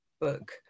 book